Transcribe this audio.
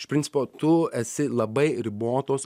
iš principo tu esi labai ribotos